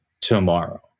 tomorrow